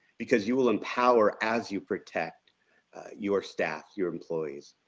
because you will empower as you protect your staff, your employees.